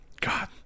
God